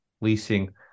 leasing